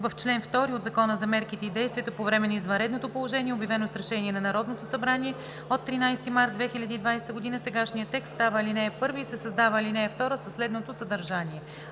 „В чл. 2 от Закона за мерките и действията по време на извънредното положение, обявено с решение на Народното събрание от 13 март 2020 г., сегашният текст става ал. 1 и се създава ал. 2 със следното съдържание: